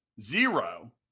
zero